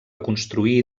construir